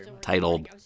titled